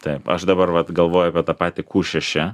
taip aš dabar vat galvoju apie tą patį q šeši